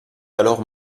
alors